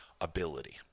ability